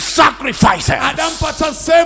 sacrifices